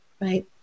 right